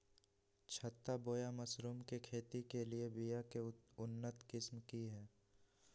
छत्ता बोया मशरूम के खेती के लिए बिया के उन्नत किस्म की हैं?